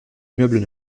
immeubles